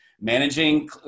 Managing